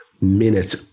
minute